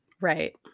Right